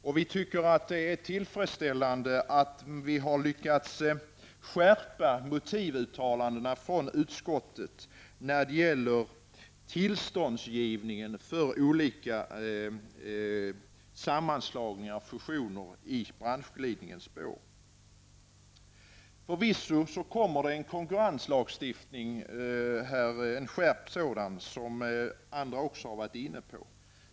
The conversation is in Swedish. Vidare tycker vi att det är tillfredsställande att det har varit möjligt att skärpa motivuttalandena från utskottet när det gäller tillståndsgivningen för olika sammanslagningar, fusioner, i branschglidningens spår. Förvisso kommer det en skärpt konkurrenslagstiftning -- en fråga som andra har varit inne på.